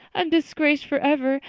i'm disgraced forever.